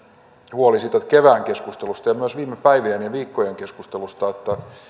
kevään keskustelusta ja myös viime päivien ja viikkojen keskustelusta